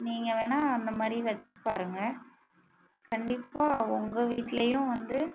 நீங்கள் வேணா அந்த மாதிரி வச்சு பாருங்கள் கண்டிப்பாக உங்க வீட்லையும் வந்து